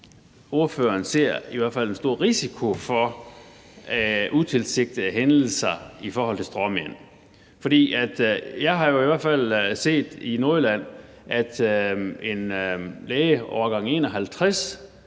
ordføreren ser en stor risiko for utilsigtede hændelser i forhold til stråmænd. Jeg har jo i hvert fald set i Nordjylland, at en læge, årgang 51,